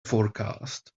forecast